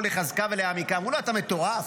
לחזקה ולהעמיקה" אמרו לו: אתה מטורף?